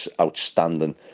outstanding